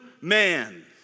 man